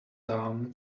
down